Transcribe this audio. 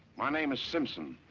my name is simpson,